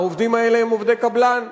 העובדים האלה הם עובדי קבלן.